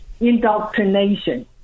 indoctrination